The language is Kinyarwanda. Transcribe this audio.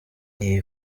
iyi